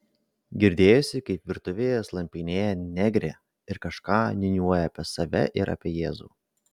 girdėjosi kaip virtuvėje slampinėja negrė ir kažką niūniuoja apie save ir apie jėzų